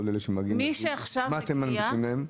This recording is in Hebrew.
מה אתם מנפיקים להם?